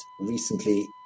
recently